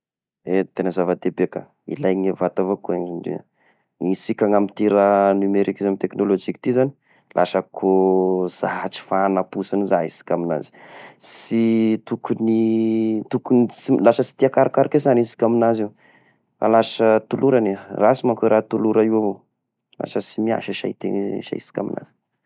Eny, tegna zava-dehibe ka, ilaigny ny vatagna avao koa indraindray, isika amy ty raha nomerika sy ny teknôlojika ty zagny, lasa koa satry fahanam-posiny zay isika amignazy, sy tokony, tokony sy, lasa sy tia karokaroka i sana sika amignazy io, fa lasa tolorany ah, rasy manko raha tolorany io avao, lasa sy miasa sain-tegna, sain-sika aminahy.